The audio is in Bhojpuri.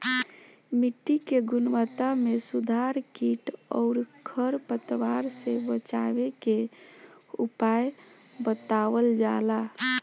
मिट्टी के गुणवत्ता में सुधार कीट अउरी खर पतवार से बचावे के उपाय बतावल जाला